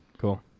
cool